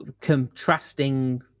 contrasting